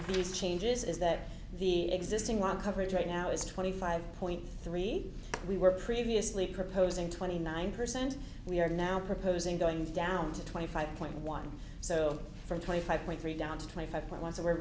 these changes is that the existing one coverage right now is twenty five point three we were previously proposing twenty nine percent we're now proposing going down to twenty five point one so from twenty five point three down to twenty five point one so we're